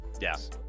yes